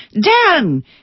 Dan